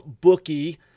bookie